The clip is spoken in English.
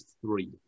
three